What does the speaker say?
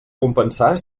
compensar